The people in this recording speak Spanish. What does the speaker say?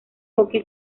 hockey